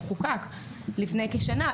הוא חוקק לפני כשנה.